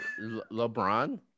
LeBron